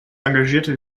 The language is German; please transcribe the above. engagierte